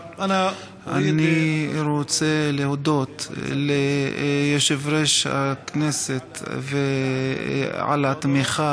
אני רוצה להודות ליושב-ראש הכנסת על התמיכה